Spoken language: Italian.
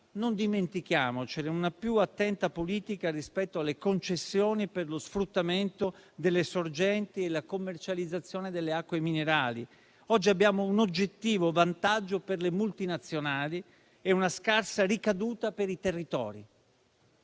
non dimentichiamocelo, serve una più attenta politica rispetto alle concessioni per lo sfruttamento delle sorgenti e la commercializzazione delle acque minerali. Oggi abbiamo un oggettivo vantaggio per le multinazionali e una scarsa ricaduta per i territori.